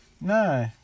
No